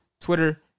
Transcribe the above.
Twitter